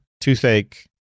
toothache